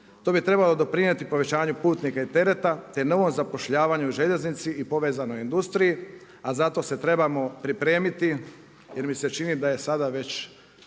To bi trebalo doprinijeti povećanju putnika i tereta, te novom zapošljavanju u željeznici i povezanoj industriji, a za to se trebamo pripremiti jer mi se čini da je sada već